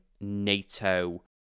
NATO